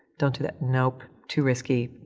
don't do that. nope, too risky.